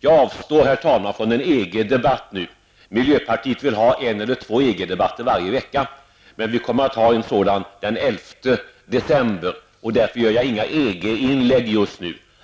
Jag avstår nu, herr talman, från en EG-debatt. Miljöpartiet vill ha en eller två EG-debatter varje vecka. Men vi kommer att ha en sådan den 11 december. Därför gör jag inga EG-inlägg just nu.